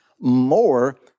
more